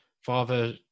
Father